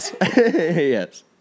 Yes